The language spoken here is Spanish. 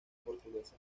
portuguesa